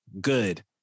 Good